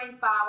power